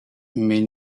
mais